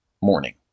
morning